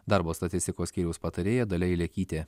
darbo statistikos skyriaus patarėja dalia ilekytė